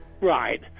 Right